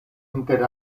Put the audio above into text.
inter